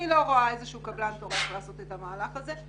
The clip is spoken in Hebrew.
אני לא רואה קבלן שיטרח לעשות את המהלך הזה.